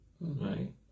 right